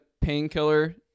painkiller